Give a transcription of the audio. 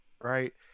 right